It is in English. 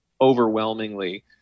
overwhelmingly